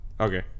Okay